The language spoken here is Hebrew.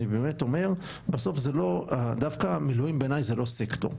אני באמת אומר בסוף זה לא דווקא המילואים בעיניי זה לא סקטור,